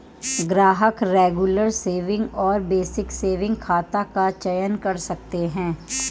ग्राहक regular saving और basic saving खाता का चयन कर सकते है